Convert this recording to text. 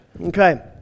Okay